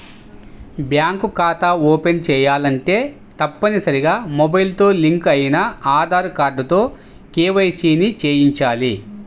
bank ఖాతా open చేయాలంటే తప్పనిసరిగా మొబైల్ తో లింక్ అయిన ఆధార్ కార్డుతో కేవైసీ ని చేయించాలి